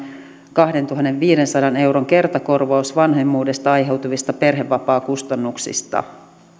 kahdentuhannenviidensadan euron kertakorvaus vanhemmuudesta aiheutuvista perhevapaakustannuksista